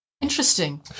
interesting